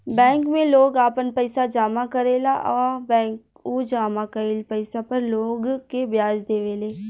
bank में लोग आपन पइसा जामा करेला आ बैंक उ जामा कईल पइसा पर लोग के ब्याज देवे ले